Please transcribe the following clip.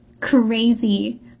crazy